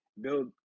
build